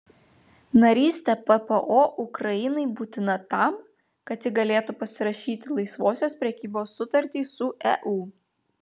narystė ppo ukrainai būtina tam kad ji galėtų pasirašyti laisvosios prekybos sutartį su eu